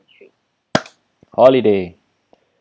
holiday